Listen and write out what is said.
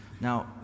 Now